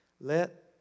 let